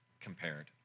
compared